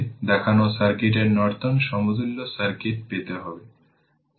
আমরা এখানে clockwise direction এ চলেছি